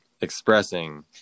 expressing